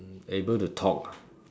able to talk